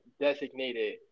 designated